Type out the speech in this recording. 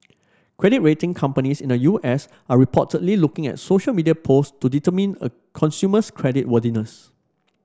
credit rating companies in the U S are reportedly looking at social media post to determine a consumer's credit worthiness